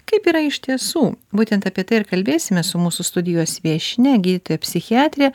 kaip yra iš tiesų būtent apie tai ir kalbėsime su mūsų studijos viešnia gydytoja psichiatre